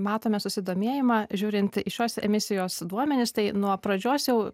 matome susidomėjimą žiūrint į šios emisijos duomenis tai nuo pradžios jau